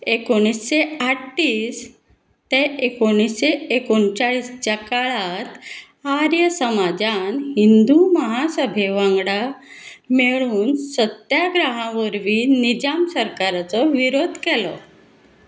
एकोणिशें आठतीस ते एकोणिशें एकोणचाळीसच्या काळांत आर्य समाजान हिंदू महासभे वांगडा मेळून सत्याग्रहा वरवीं निजाम सरकाराचो विरोध केलो